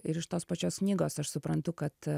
iš tos pačios knygos aš suprantu kad